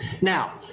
Now